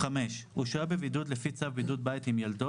"(5)הוא שוהה בבידוד לפי צו בידוד בית עם ילדו,